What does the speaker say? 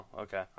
Okay